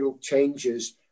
changes